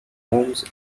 homes